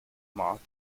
moth